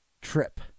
trip